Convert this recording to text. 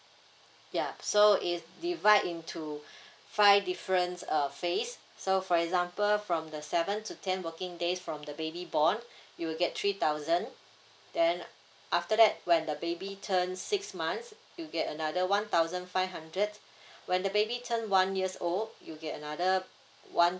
ya so is divide into five difference err phase so for example from the seven to ten working days from the baby born you'll get three thousand then after that when the baby turns six months you get another one thousand five hundred when the baby turn one years old you get another one